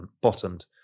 bottomed